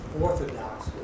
Orthodox